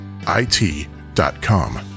it.com